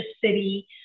city